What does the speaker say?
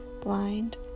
blind